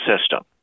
system